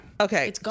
Okay